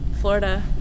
Florida